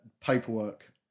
Paperwork